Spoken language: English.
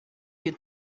you